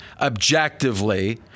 objectively